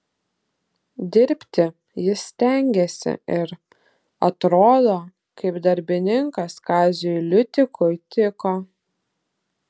dirbti jis stengėsi ir atrodo kaip darbininkas kaziui liutikui tiko